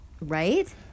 Right